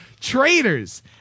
Traitors